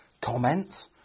comments